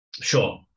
Sure